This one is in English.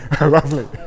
lovely